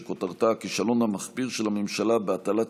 שכותרתה: כישלון המחפיר של הממשלה בהטלת